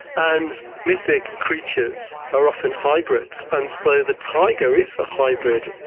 and mythic creatures are often hybrids. and so the tiger is a hybrid,